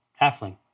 Halfling